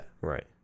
right